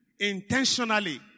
intentionally